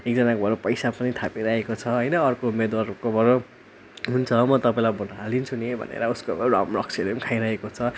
एकजनाकोबाट पैसा पनि थापिराखेको छ होइन अर्को उम्मेदवारकोबाट हुन्छ म तपाईँलाई भोट हालिदिन्छु नि भनेर उसकोबाट रम रक्सीहरू खाइरहेको छ